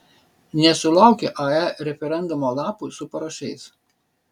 nesulaukia ae referendumo lapų su parašais